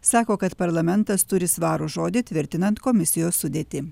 sako kad parlamentas turi svarų žodį tvirtinant komisijos sudėtį